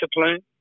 discipline